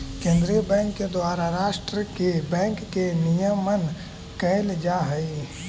केंद्रीय बैंक के द्वारा राष्ट्र के बैंक के नियमन कैल जा हइ